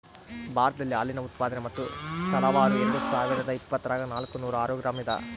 ಭಾರತದಲ್ಲಿ ಹಾಲಿನ ಉತ್ಪಾದನೆ ಮತ್ತು ತಲಾವಾರು ಎರೆಡುಸಾವಿರಾದ ಇಪ್ಪತ್ತರಾಗ ನಾಲ್ಕುನೂರ ಆರು ಗ್ರಾಂ ಇದ